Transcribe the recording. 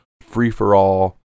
free-for-all